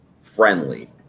friendly